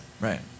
Right